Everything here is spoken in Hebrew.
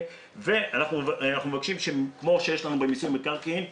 אנחנו מבקשים שכמו שיש במיסוי מקרקעין,